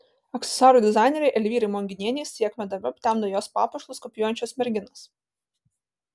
aksesuarų dizainerei elvyrai monginienei sėkmę darbe aptemdo jos papuošalus kopijuojančios merginos